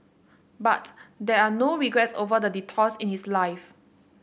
but there are no regrets over the detours in his life